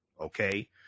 Okay